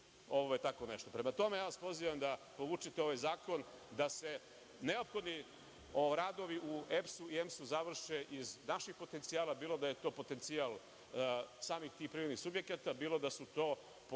u tako nešto. Prema tome, pozivam vas da povučete ovaj zakon, da se neophodni radovi u EPS i EMS završe iz naših potencijala, bilo da je to potencijal samih tih privrednih subjekata, bilo da su to potencijali